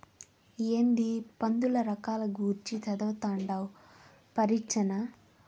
ఏందీ పందుల రకాల గూర్చి చదవతండావ్ పరీచ్చనా